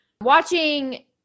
watching